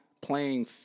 playing